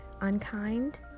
unkind